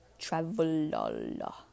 Travelall